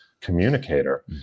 communicator